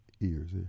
ears